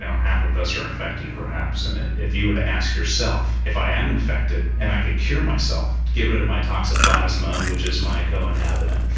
half of us are infected perhaps, and if you were to ask yourself, if i am infected and i could cure myself to get rid of my toxoplasma which is my co-inhabitant,